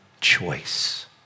choice